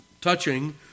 touching